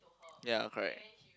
ya correct